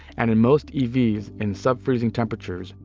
and in most evs in sub freezing temperatures,